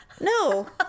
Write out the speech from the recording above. no